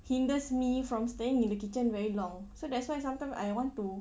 hinders me from staying in the kitchen very long so that's why sometime I want to